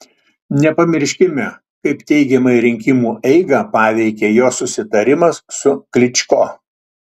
nepamirškime kaip teigiamai rinkimų eigą paveikė jo susitarimas su klyčko